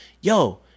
Yo